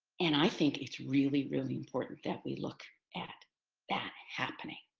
and i think it's really, really important that we look at that happening.